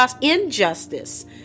injustice